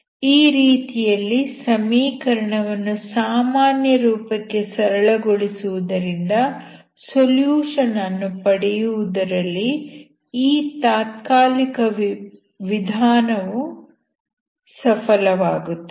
ಈ ರೀತಿಯಲ್ಲಿ ಸಮೀಕರಣವನ್ನು ಸಾಮಾನ್ಯ ರೂಪಕ್ಕೆ ಸರಳಗೊಳಿಸುವುದರಿಂದ ಸೊಲ್ಯೂಷನ್ ಅನ್ನು ಪಡೆಯುವುದರಲ್ಲಿ ಈ ತಾತ್ಕಾಲಿಕ ವಿಧಾನವು ಸಫಲವಾಗುತ್ತದೆ